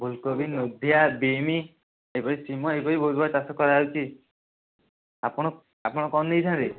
ଫୁଲକୋବି ନୋଧିଆ ଆଉ ବିନ୍ସ ଏହିପରି ସିମ ଏହିପରି ବହୁତ ପ୍ରକାର ଚାଷ କରାହେଉଛି ଆପଣ ଆପଣ କ'ଣ ନେଇଥାନ୍ତେ